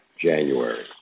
January